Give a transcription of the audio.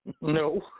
No